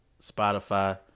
Spotify